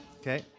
Okay